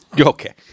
Okay